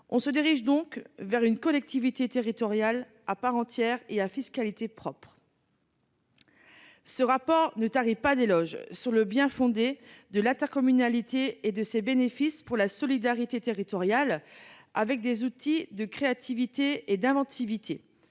On se dirige donc vers une collectivité territoriale à part entière et à fiscalité propre. » Le rapport de la Cour des comptes ne tarit pas d'éloges sur le bien-fondé de l'intercommunalité et sur ses bénéfices pour la solidarité territoriale, grâce à ses outils de créativité et d'inventivité.